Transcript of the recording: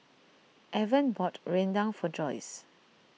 Evan bought Rendang for Joyce